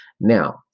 Now